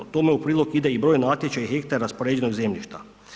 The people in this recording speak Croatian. Tome u prilog ide i broj natječaja i hektara raspoređenog zemljišta.